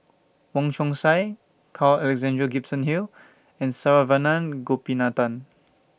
Wong Chong Sai Carl Alexander Gibson Hill and Saravanan Gopinathan